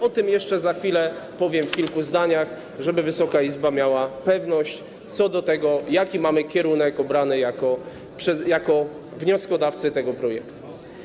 O tym jeszcze za chwilę powiem w kilku zdaniach, żeby Wysoka Izba miała pewność co do tego, jaki mamy obrany kierunek jako wnioskodawcy tego projektu.